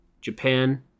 Japan